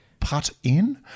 Putin